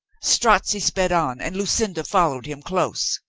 strozzi sped on and lucinda followed him close.